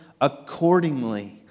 accordingly